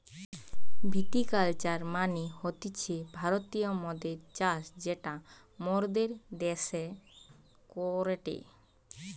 ভিটি culture মানে হতিছে ভারতীয় মদের চাষ যেটা মোরদের দ্যাশে করেটে